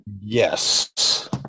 Yes